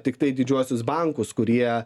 tiktai didžiuosius bankus kurie